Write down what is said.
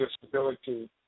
disability